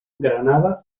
granada